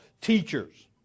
teachers